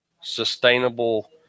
sustainable